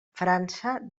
frança